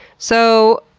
so,